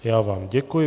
Já vám děkuji.